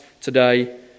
today